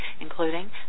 including